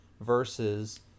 versus